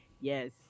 Yes